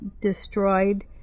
destroyed